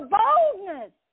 boldness